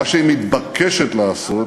מה שהיא מתבקשת לעשות